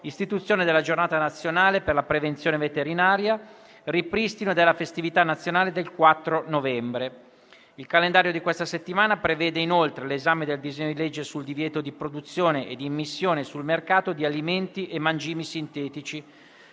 istituzione della Giornata nazionale per la prevenzione veterinaria; ripristino della festività nazionale del 4 novembre. Il calendario di questa settimana prevede inoltre l'esame del disegno di legge sul divieto di produzione e di immissione sul mercato di alimenti e mangimi sintetici.